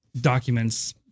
documents